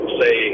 say